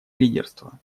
лидерство